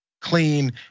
clean